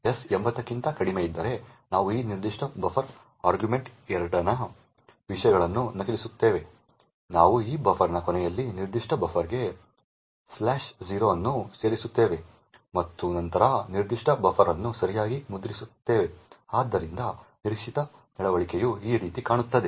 s 80 ಕ್ಕಿಂತ ಕಡಿಮೆ ಇದ್ದರೆ ನಾವು ಈ ನಿರ್ದಿಷ್ಟ ಬಫರ್ಗೆ argv2 ನ ವಿಷಯಗಳನ್ನು ನಕಲಿಸುತ್ತೇವೆ ನಾವು ಈ ಬಫರ್ನ ಕೊನೆಯಲ್ಲಿ ನಿರ್ದಿಷ್ಟ ಬಫರ್ಗೆ 0 ಅನ್ನು ಸೇರಿಸುತ್ತೇವೆ ಮತ್ತು ನಂತರ ನಿರ್ದಿಷ್ಟ ಬಫರ್ ಅನ್ನು ಸರಿಯಾಗಿ ಮುದ್ರಿಸುತ್ತೇವೆ ಆದ್ದರಿಂದ ನಿರೀಕ್ಷಿತ ನಡವಳಿಕೆಯು ಈ ರೀತಿ ಕಾಣುತ್ತದೆ